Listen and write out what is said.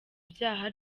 byaha